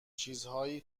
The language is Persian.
چیزهای